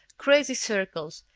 crazy circles,